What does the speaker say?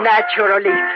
Naturally